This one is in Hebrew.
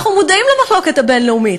אנחנו מודעים למחלוקת הבין-לאומית,